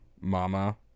Mama